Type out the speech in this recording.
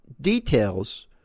details